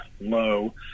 low